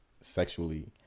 sexually